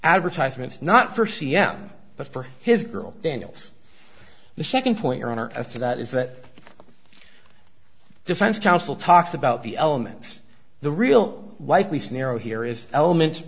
advertisements not for c n n but for his girl daniels the second point your honor as to that is that the defense counsel talks about the elements the real likely scenario here is elements